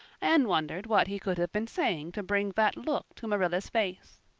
anne wondered what he could have been saying to bring that look to marilla's face.